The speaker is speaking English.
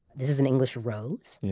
this is an english rose.